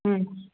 ம்